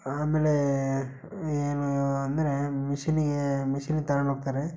ಆಮೇಲೆ ಏನು ಅಂದರೆ ಮಿಷಿನ್ನಿಗೆ ಮಿಷಿನಿಗೆ ತೊಗೊಂಡೋಗ್ತಾರೆ